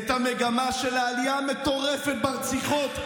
את המגמה של העלייה המטורפת ברציחות?